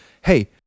hey